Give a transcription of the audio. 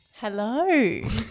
Hello